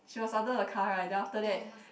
she was under the car right then after that